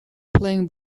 playing